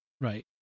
right